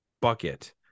bucket